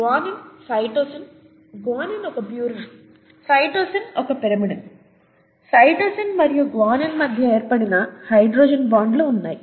guanine cytosine guanine ఒక purine cytosine ఒక pyrimidine cytosine మరియు గ్వానైన్ మధ్య ఏర్పడిన హైడ్రోజన్ బాండ్లు ఉన్నాయి